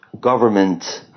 government